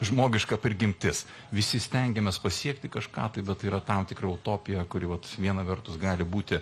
žmogiška prigimtis visi stengiamės pasiekti kažką tai bet tai yra tam tikra utopija kuri vat viena vertus gali būti